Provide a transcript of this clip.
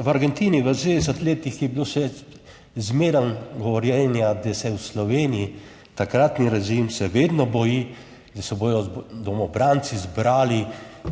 V Argentini v 70. letih je bilo še zmeraj govorjenja, da se je v Sloveniji takratni režim še vedno boji, da se bodo domobranci zbrali